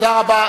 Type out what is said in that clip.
תודה רבה.